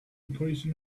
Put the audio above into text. replacing